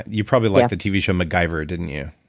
you probably liked the tv show macgyver, didn't you?